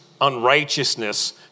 unrighteousness